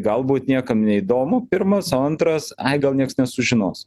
galbūt niekam neįdomu pirmas o antras ai gal nieks nesužinos